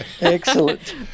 Excellent